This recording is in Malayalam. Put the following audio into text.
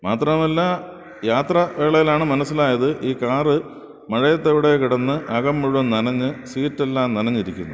മാത്രമല്ല യാത്ര വേളയിലാണ് മനസ്സിലായത് ഈ കാർ മഴയത്ത് എവിടെ കിടന്ന് അകം മുഴുവൻ നനഞ്ഞ് സീറ്റ് എല്ലാം നനഞ്ഞിരിക്കുന്നു